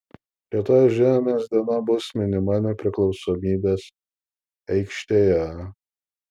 rytoj žemės diena bus minima nepriklausomybės aikštėje